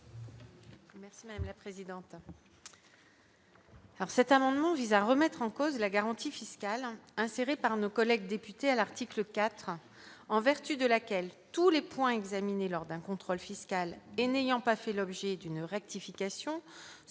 Merci madame la présidente